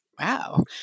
wow